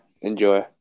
enjoy